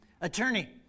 Attorney